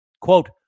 Quote